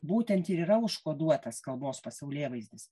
būtent ir yra užkoduotas kalbos pasaulėvaizdis